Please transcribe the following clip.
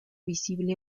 visible